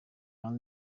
hanze